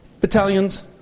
battalions